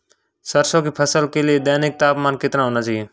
सरसों की फसल के लिए दैनिक तापमान कितना होना चाहिए?